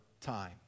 time